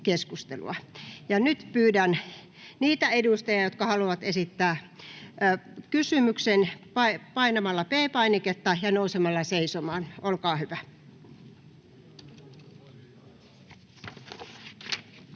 Nyt pyydän niitä edustajia, jotka haluavat esittää kysymyksen, painamaan P-painiketta ja nousemaan seisomaan. — Olkaa hyvät.